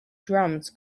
drums